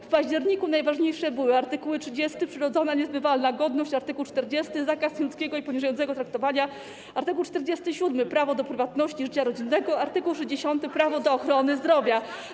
W październiku najważniejsze były art. 30 - przyrodzona niezbywalność godność, art. 40 - zakaz nieludzkiego lub poniżającego traktowania, art. 47 - prawo do prywatności życia rodzinnego, art. 60 - prawo do ochrony zdrowia.